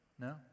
No